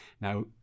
Now